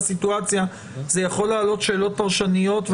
סיטואציה זה יכול להעלות שאלות פרשניות.